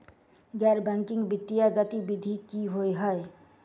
गैर बैंकिंग वित्तीय गतिविधि की होइ है?